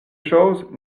choses